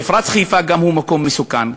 מפרץ חיפה, גם הוא מקום מסוכן.